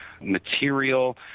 material